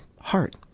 heart